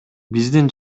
биздин